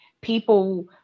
people